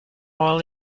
oil